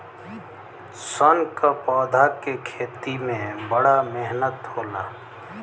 सन क पौधा के खेती में बड़ा मेहनत होला